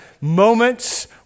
moments